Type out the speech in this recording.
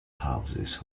houses